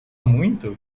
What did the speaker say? muito